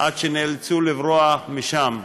עד שנאלצו לברוח משם.